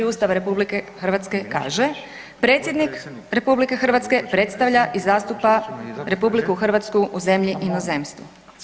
Ustava RH kaže, predsjednik RH predstavlja i zastupa RH u zemlji i inozemstvu.